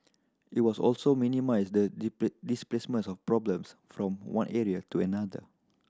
it will also minimise the displacement of problems from one area to another